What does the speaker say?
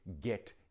get